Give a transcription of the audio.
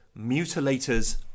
mutilators